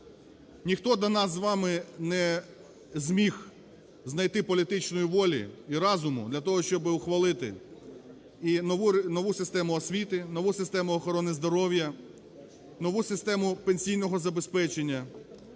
Ніхто до вас з вами не зміг знайти політичної волі і разуму для того, щоб ухвалити і нову систему освіту, нову систему охорони здоров'я, нову систему пенсійного забезпечення,